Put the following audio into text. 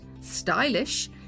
stylish